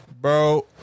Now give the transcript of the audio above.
Bro